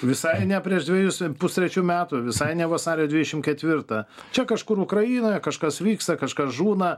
visai ne prieš dvejus ar pustrečių metų visai ne vasario dvidešimt ketvirtą čia kažkur ukrainoje kažkas vyksta kažkas žūna